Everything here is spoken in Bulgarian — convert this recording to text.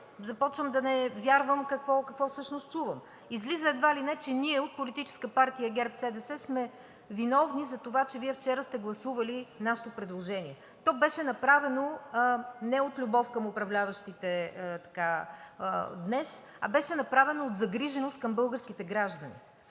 започвам да не вярвам какво всъщност чувам. Излиза едва ли не, че ние от Коалиция ГЕРБ-СДС сме виновни за това, че Вие вчера сте гласували нашето предложение. То беше направено не от любов към управляващите днес, а беше направено от загриженост към българските граждани.